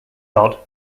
dodd